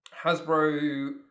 Hasbro